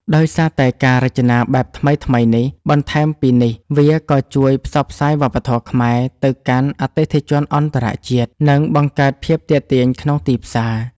ដោយសារតែការរចនាបែបថ្មីៗនេះ បន្ថែមពីនេះ វាក៏ជួយផ្សព្វផ្សាយវប្បធម៌ខ្មែរ ទៅកាន់អតិថិជនអន្តរជាតិ និងបង្កើតភាពទាក់ទាញក្នុងទីផ្សារ។